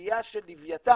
הנטייה של לווייתן